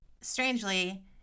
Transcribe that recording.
strangely